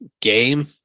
game